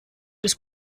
ist